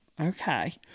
Okay